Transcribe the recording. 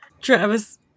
Travis